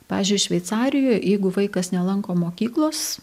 pavyzdžiui šveicarijoj jeigu vaikas nelanko mokyklos